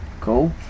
Cool